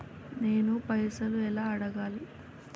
నేను పైసలు ఎలా అడగాలి?